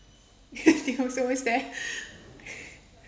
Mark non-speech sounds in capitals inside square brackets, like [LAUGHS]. [LAUGHS] he was always there